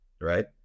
right